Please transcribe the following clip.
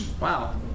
Wow